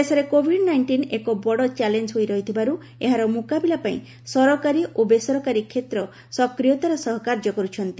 ଦେଶରେ COVID nineteen ଏକ ବଡ଼ ଚ୍ୟାଲେଞ୍ଜ ହୋଇ ରହିଥିବାରୁ ଏହାର ମୁକାବିଲା ପାଇଁ ସରକାରୀ ଓ ବେସରକାରୀ କ୍ଷେତ୍ର ସକ୍ରିୟତାର ସହ କାର୍ଯ୍ୟ କରୁଛନ୍ତି